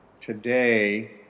today